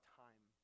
time